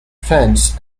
fans